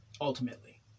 ultimately